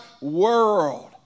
world